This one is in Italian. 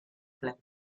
club